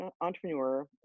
entrepreneur